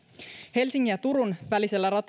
helsingin ja turun välisellä